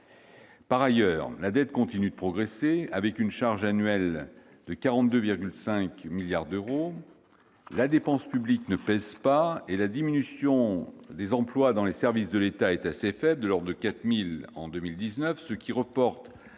Par ailleurs, la dette continue de progresser, avec une charge annuelle de 42,5 milliards d'euros. La dépense publique ne baisse pas et la diminution des emplois dans les services de l'État est assez faible, de l'ordre de 4 000 en 2019, ce qui reporte